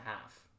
half